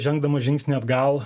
žengdamas žingsnį atgal